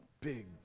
big